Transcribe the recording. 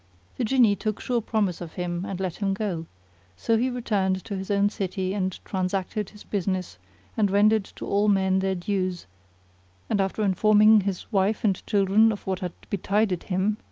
the jinni took sure promise of him and let him go so he returned to his own city and transacted his business and rendered to all men their dues and after informing his wife and children of what had betided him,